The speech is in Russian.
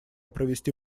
провести